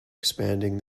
expanding